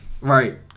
right